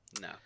No